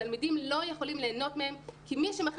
התלמידים לא יכולים ליהנות מהם כי מי שמחליט